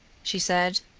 she said.